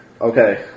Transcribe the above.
Okay